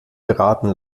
beraten